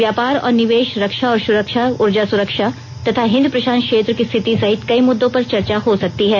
व्यापार और निवेश रक्षा और सुरक्षा ऊर्जा सुरक्षा तथा हिंद प्रशांत क्षेत्र की स्थिति सहित कई मुद्दों पर चर्चा हो सकती है